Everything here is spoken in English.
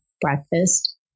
breakfast